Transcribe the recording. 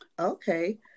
Okay